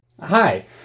Hi